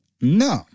No